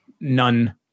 none